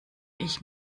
ich